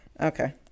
Okay